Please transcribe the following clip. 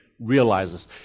realizes